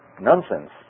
nonsense